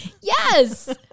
Yes